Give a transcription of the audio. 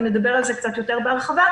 ונדבר על זה קצת יותר בהרחבה.